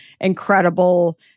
incredible